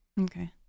Okay